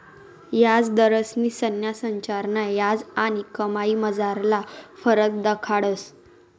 याजदरस्नी संज्ञा संरचना याज आणि कमाईमझारला फरक दखाडस